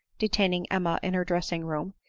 detaining emma in her dressing-room,